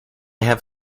have